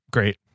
Great